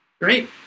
Great